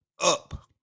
up